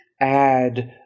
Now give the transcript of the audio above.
add